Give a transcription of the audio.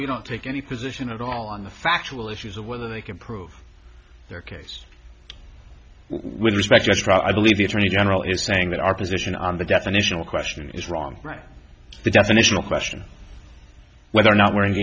we don't take any position at all on the factual issues of whether they can prove their case with respect i believe the attorney general is saying that our position on the definitional question is wrong right the definitional question whether or not we